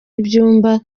ibyumba